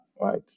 right